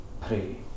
pray